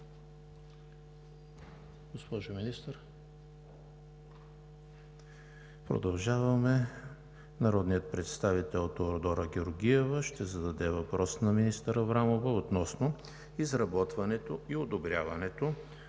Продължаваме – народният представител Теодора Георгиева ще зададе въпрос на министър Аврамова относно изработването и одобряването